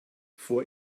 vor